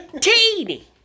Teeny